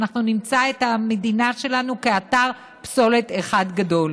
אנחנו נמצא את המדינה שלנו כאתר פסולת אחד גדול.